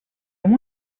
amb